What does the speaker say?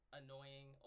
annoying